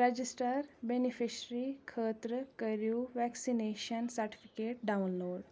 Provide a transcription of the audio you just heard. register beneficiary خٲطرٕ کٔرِو vaccination certificate download